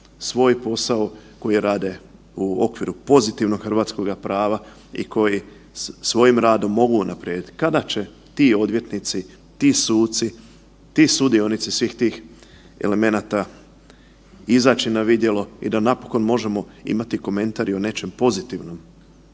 svoj posao, koji rade u okviru pozitivnog hrvatskoga prava i koji svojim radom mogu unaprijediti. Kada će odvjetnici, ti suci, ti sudionici svih tih elemenata izaći na vidjelo i da napokon možemo imati komentar i o nečem pozitivnom